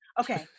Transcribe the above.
okay